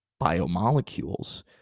biomolecules